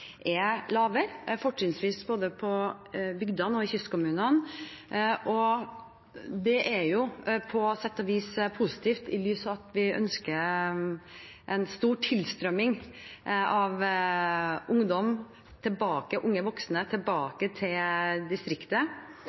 er lavere, fortrinnsvis i både bygdene og kystkommunene. Det er jo på sett og vis positivt, i lys av at vi ønsker en stor tilstrømning av unge voksne tilbake til